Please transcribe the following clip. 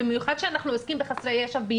במיוחד שאנחנו עוסקים בילדים,